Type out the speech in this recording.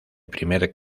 primer